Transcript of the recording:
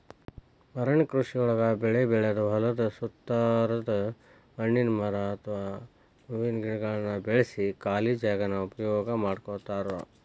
ಅರಣ್ಯ ಕೃಷಿಯೊಳಗ ಬೆಳಿ ಬೆಳದ ಹೊಲದ ಸುತ್ತಾರದ ಹಣ್ಣಿನ ಮರ ಅತ್ವಾ ಹೂವಿನ ಗಿಡಗಳನ್ನ ಬೆಳ್ಸಿ ಖಾಲಿ ಜಾಗಾನ ಉಪಯೋಗ ಮಾಡ್ಕೋತಾರ